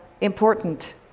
important